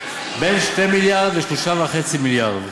בין 2 מיליארד ל-3.5 מיליארד.